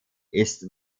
ist